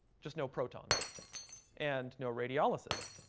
just no protons and no radiolysis.